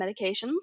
medications